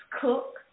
cook